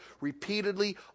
repeatedly